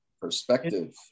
perspective